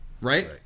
Right